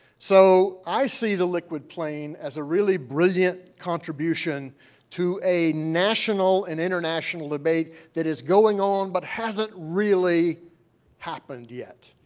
so i see the liquid plain as a really brilliant contribution to a national and international debate that is going on but hasn't really happened yet,